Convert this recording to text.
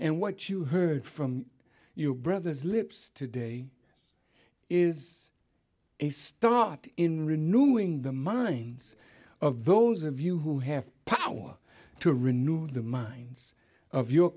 and what you heard from your brothers lips today is a start in renewing the minds of those of you who have power to renew the minds of your